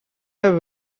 have